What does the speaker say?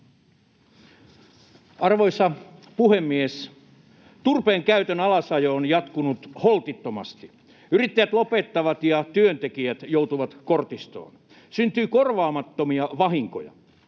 Arvoisa puhemies! Turpeenkäytön alasajo on jatkunut holtittomasti. Yrittäjät lopettavat, ja työntekijät joutuvat kortistoon. Syntyy korvaamattomia vahinkoja.